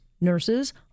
nurses